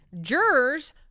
Jurors